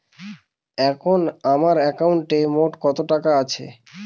এখন আমার একাউন্টে মোট কত টাকা আছে?